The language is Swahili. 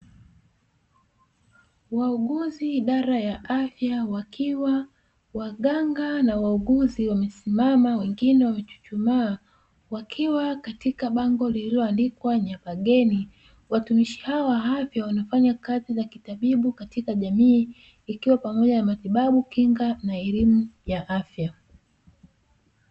Wauguzi idara ya afya wakiwa waganga na wauguzi wamesimama wengine wamechuchumaa, wakiwa katika bango lililoandikwa "Nyabageni". Watumishi hawa wa afya wakiwa wanafanya kazi za kitabibu katika jamii, ikiwa pamoja na matibabu, kinga na elimu ya afya.